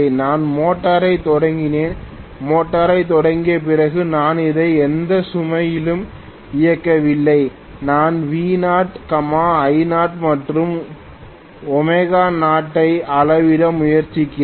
நான் மோட்டாரைத் தொடங்கினேன் மோட்டாரைத் தொடங்கிய பிறகு நான் அதை எந்த சுமையிலும் இயக்கவில்லை நான் V0 I0 மற்றும் W0 ஐ அளவிட முயற்சிக்கிறேன்